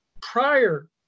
prior